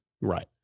Right